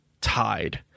tied